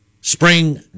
spring